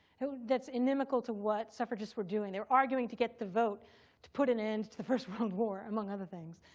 that's inimical to what suffragists were doing. they were arguing to get the vote to put an end to the first world war, among other things,